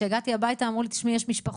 כשהגעתי הביתה אמרו לי 'תשמעי,